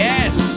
Yes